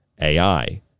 AI